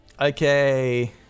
Okay